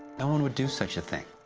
no one would do such a thing.